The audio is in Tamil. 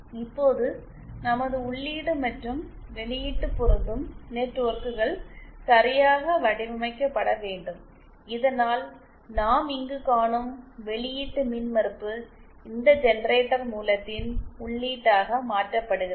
இப்போது நமது உள்ளீடு மற்றும் வெளியீட்டு பொருந்தும் நெட்வொர்க்குகள் சரியாக வடிவமைக்கப்பட வேண்டும் இதனால் நாம் இங்கு காணும் வெளியீட்டு மின்மறுப்பு இந்த ஜெனரேட்டர் மூலத்தின் உள்ளீட்டாக மாற்றப்படுகிறது